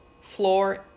floor